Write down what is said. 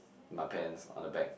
on my pants on the back